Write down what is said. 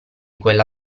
quella